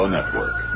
Network